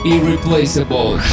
Irreplaceable